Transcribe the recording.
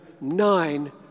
nine